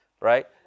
right